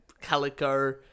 calico